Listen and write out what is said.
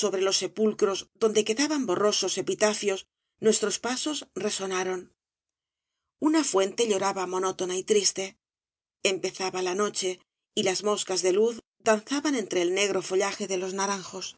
sobre los sepulcros donde quedaban borrosos epitafios nuestros pasos resonaron una fuente lloraba monótona y triste empezaba la noche y las moscas de luz danzaban entre el negro follaje de los naranjos